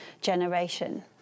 generation